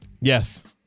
Yes